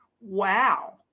wow